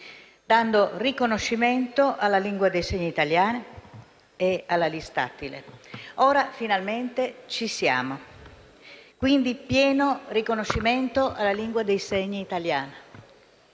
dando riconoscimento alla lingua dei segni italiana e alla LIS tattile. Ora finalmente siamo al pieno riconoscimento della lingua dei segni italiana.